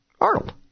Arnold